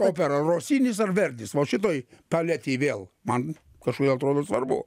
opera rosinis ar verdis vo šitoj paletėj vėl man kažkodėl atrodo svarbu